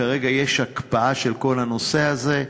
כרגע יש הקפאה של כל הנושא הזה,